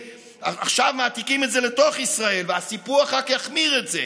עכשיו מעתיקים את זה לתוך ישראל והסיפוח רק יחמיר את זה.